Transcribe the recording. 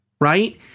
Right